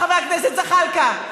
חבר הכנסת זחאלקה.